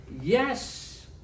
yes